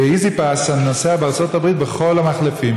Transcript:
ב-E-ZPass אני נוסע בארצות הברית בכל המחלפים.